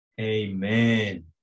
Amen